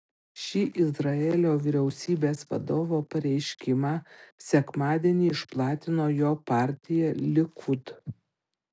šį izraelio vyriausybės vadovo pareiškimą sekmadienį išplatino jo partija likud